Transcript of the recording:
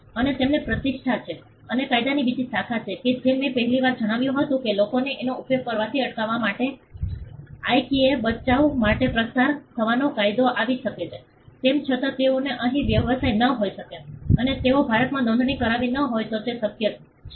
અને તેમની પ્રતિષ્ઠા છે અને કાયદાની બીજી શાખા છે જેમ કે મેં પહેલા જણાવ્યું હતું કે લોકોને તેનો ઉપયોગ કરવાથી અટકાવવા માટે આઇકેઇએ બચાવ માટે પસાર થવાનો કાયદો આવી શકે છે તેમ છતાં તેઓનો અહીં વ્યવસાય ન હોઈ શકે અને તેઓએ ભારતમાં નોંધણી કરાવી ન હોય તો તે શક્ય છે